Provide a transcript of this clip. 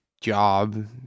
job